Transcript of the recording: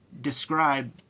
describe